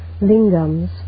lingams